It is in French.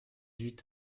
huit